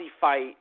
fight